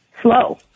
slow